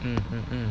mm mmhmm